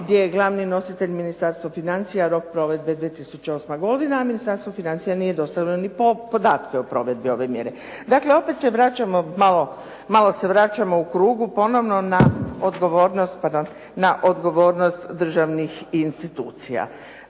gdje je glavni nositelj Ministarstvo financija, rok provedbe 2008. godina, a Ministarstvo financija nije dostavilo ni podatke o provedbi ove mjere. Dakle, opet se vraćamo, malo se vraćamo u krugu ponovno na odgovornost državnih institucija.